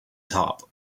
top